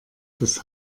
das